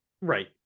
Right